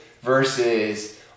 versus